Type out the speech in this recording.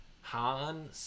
han